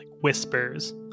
whispers